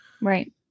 right